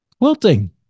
quilting